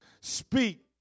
Speak